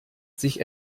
sich